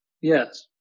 Yes